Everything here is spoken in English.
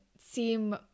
seem